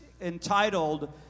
entitled